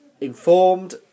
informed